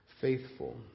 faithful